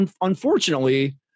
unfortunately